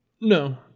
No